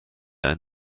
ein